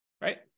right